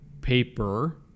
paper